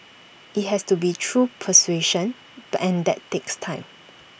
IT has to be through persuasion and that takes time